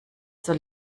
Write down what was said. soll